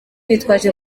bitwaje